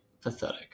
pathetic